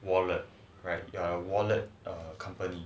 wallet wallet company